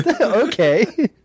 Okay